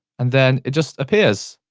and then it just appears.